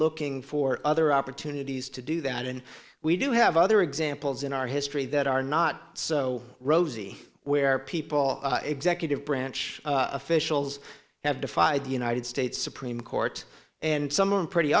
looking for other opportunities to do that and we do have other examples in our history that are not so rosy where people executive branch officials have defied the united states supreme court and some are pretty